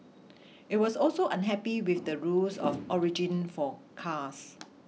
it was also unhappy with the rules of origin for cars